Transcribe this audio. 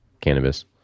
cannabis